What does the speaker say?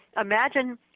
imagine